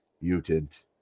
Mutant